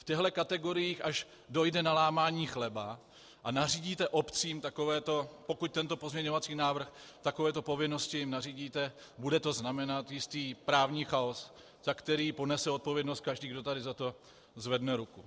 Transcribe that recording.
V těchhle kategoriích, až dojde na lámání chleba a nařídíte obcím takovéto povinnosti, pokud projde tento pozměňovací návrh, takovéto povinnosti nařídíte, bude to znamenat jistý právní chaos, za který ponese odpovědnost každý, kdo tady pro to zvedne ruku.